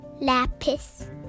lapis